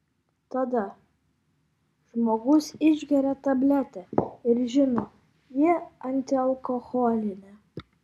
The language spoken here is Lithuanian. tada žmogus išgeria tabletę ir žino ji antialkoholinė